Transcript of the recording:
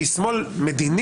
שהיא שמאל מדיני,